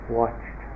watched